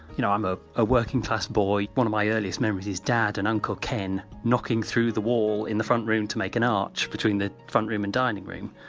you know i'm ah a working-class boy, one of my earliest memories is dad and uncle ken knocking through the wall in the front room to make an arch between the front room and dining room.